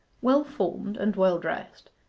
well-formed, and well-dressed,